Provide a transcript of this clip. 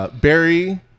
Barry